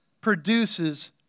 produces